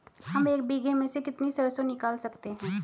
हम एक बीघे में से कितनी सरसों निकाल सकते हैं?